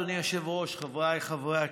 אדוני היושב-ראש, חבריי חברי הכנסת,